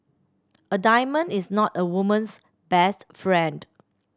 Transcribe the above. a diamond is not a woman's best friend